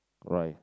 rye